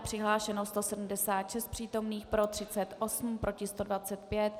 Přihlášeno 176 přítomných, pro 38, proti 125.